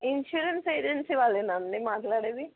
insurance agency వాళ్ళా అండి మాట్లాడేది